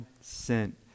sent